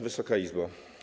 Wysoka Izbo!